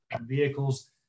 vehicles